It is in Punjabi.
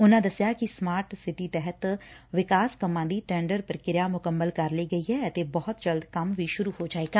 ਉਨਾਂ ਨਾਲ ਹੀ ਦੱਸਿਆ ਕਿ ਸਮਾਰਟ ਸਿਟੀ ਤਹਿਤ ਵਿਕਾਸ ਕੰਮਾਂ ਦੀ ਟੈ'ਡਰ ਪ੍ਰਕ੍ਿਆ ਮੁਕੰਮਲ ਕਰ ਲਈ ਗਈ ਹੈ ਅਤੇ ਬਹੁਤ ਜਲਦ ਕੰਮ ਸ਼ੁਰੁ ਹੋ ਜਾਵੇਗਾ